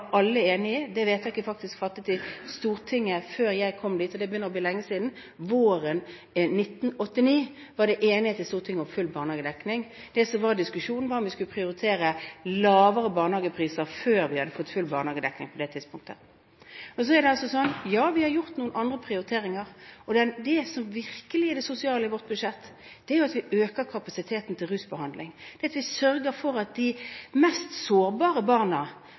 alle enige om. Det vedtaket er faktisk fattet i Stortinget før jeg kom hit, og det begynner å bli lenge siden. Våren 1989 var det enighet i Stortinget om full barnehagedekning. Det som var diskusjonen, var om vi på det tidspunktet skulle prioritere lavere barnehagepriser før vi hadde fått full barnehagedekning. Men så er det sånn at vi har gjort noen andre prioriteringer, og det som virkelig er det sosiale i vårt budsjett, er at vi øker kapasiteten til rusbehandling. Vi sørger for at de mest sårbare barna